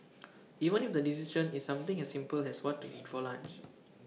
even if the decision is something as simple as what to eat for lunch